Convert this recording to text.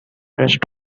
rest